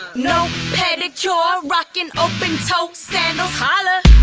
no pedicure, rocking open-toed sandals! holla!